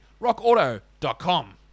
rockauto.com